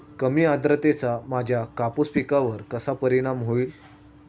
कमी आर्द्रतेचा माझ्या कापूस पिकावर कसा परिणाम होईल?